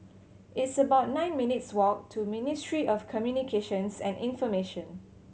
it's about nine minutes' walk to Ministry of Communications and Information